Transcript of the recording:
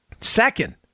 Second